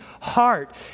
heart